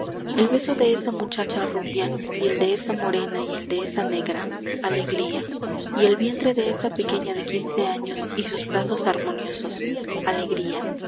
el beso de esa muchacha rubia y el de esa morena y el de esa negra alegría y el vientre de esa pequeña de quince años y sus brazos armoniosos alegría